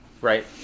right